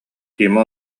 тима